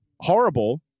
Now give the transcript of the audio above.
horrible